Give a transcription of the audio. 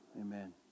amen